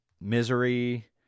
misery